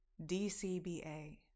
DCBA